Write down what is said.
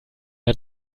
der